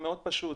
מאוד פשוט,